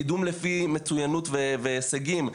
קידום לפי מצוינות והישגים,